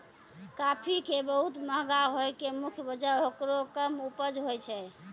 काफी के बहुत महंगा होय के मुख्य वजह हेकरो कम उपज होय छै